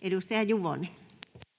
[Speech 9]